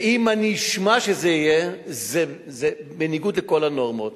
ואם אני אשמע שזה יהיה, זה בניגוד לכל הנורמות.